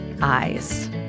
eyes